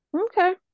okay